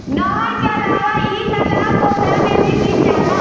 नहर के अलावा इ तालाब पोखरा में भी मिल जाला